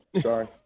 Sorry